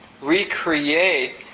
recreate